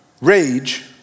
rage